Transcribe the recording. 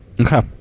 Okay